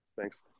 Thanks